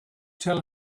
tell